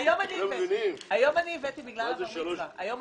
היו מספר ימים בודדים,